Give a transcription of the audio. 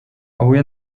avui